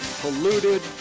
polluted